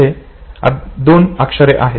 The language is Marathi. येथे दोन अक्षरे आहेत